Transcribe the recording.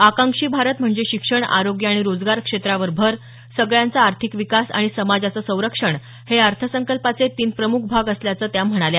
आकांक्षी भारत म्हणजे शिक्षण आरोग्य आणि रोजगार क्षेत्रावर भर सगळ्यांचा आर्थिक विकास आणि समाजाचं संरक्षण हे या अर्थसंकल्पाचे तीन प्रमुख भाग असल्याचं त्या म्हणाल्या